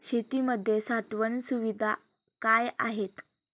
शेतीमध्ये साठवण सुविधा काय आहेत?